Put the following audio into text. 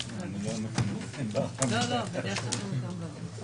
11:10.